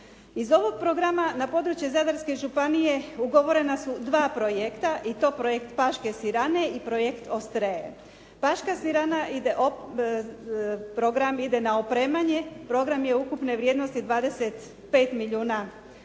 Iz ovog programa, na područje Zadarske županije ugovorena su dva projekta i to projekt paške sirane i projekt Ostrea. Paška sirana ide, program ide na opremanje, program je ukupne vrijednosti 25 milijuna kuna,